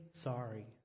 sorry